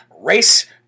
race